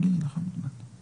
שלום לכולם ותודה על הבמה.